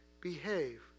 Behave